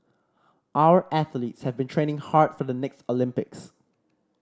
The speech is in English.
our athletes have been training hard for the next Olympics